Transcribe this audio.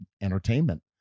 entertainment